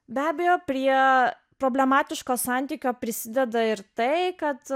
be abejo prie problematiško santykio prisideda ir tai kad